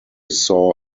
saw